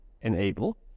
enable